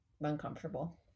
uncomfortable